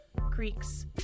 creeks